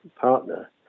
partner